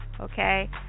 okay